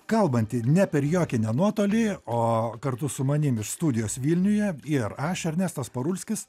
kalbanti ne per jokį ne nuotolį o kartu su manim studijos vilniuje ir aš ernestas parulskis